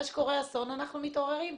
אחרי שקורה אסון אנחנו מתעוררים.